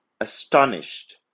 astonished